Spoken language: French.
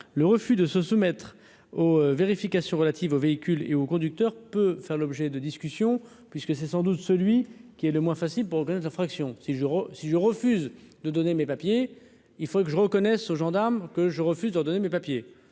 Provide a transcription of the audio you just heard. le refus de se soumettre aux vérifications relatives aux véhicules et aux conducteurs peut faire l'objet de discussions puisque c'est sans doute celui qui est le moins facile infractions 6 jours aussi, je refuse de donner mes papiers, il faudrait que je reconnaisse aux gendarmes que je refuse de leur donner mes papiers,